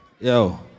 Yo